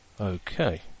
Okay